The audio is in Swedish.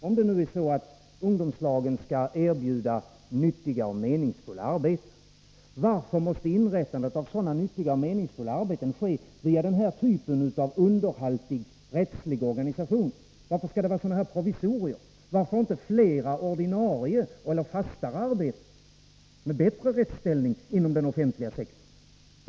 Om ungdomslagen skall erbjuda nyttiga och meningsfulla arbeten, varför måste inrättandet av sådana ske via denna typ av rättsligt underhaltig organisation? Varför skall det vara sådana här provisorier? Varför inte flera ordinarie, eller fastare, arbeten på bättre rättsliga villkor inom den offentliga sektorn?